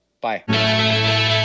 Bye